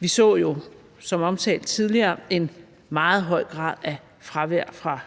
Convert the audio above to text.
Vi så jo som omtalt tidligere en meget høj grad af fravær fra